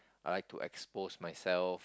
I would like to expose myself